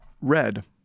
red